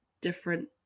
different